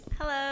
Hello